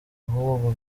ahubwo